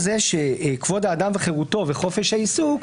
זה שכבוד האדם וחירותו וחופש העיסוק,